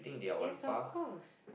yes of course